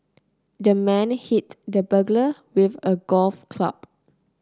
the man hit the burglar with a golf club